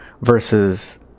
versus